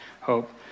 hope